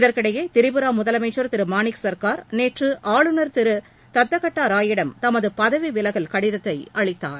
இதற்கிடையே திரிபுரா முதலமைச்சர் திரு மானிக் சர்க்கார் நேற்று ஆளுநர் திரு தத்தகட்டா ராயிடம் தமது பதவி விலகல் கடிதத்தை அளித்தார்